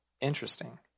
Interesting